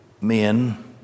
men